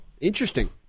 Interesting